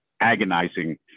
agonizing